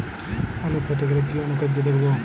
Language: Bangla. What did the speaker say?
আলু ফেটে গেলে কি অনুখাদ্য দেবো?